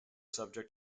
subject